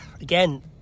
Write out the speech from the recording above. again